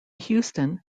huston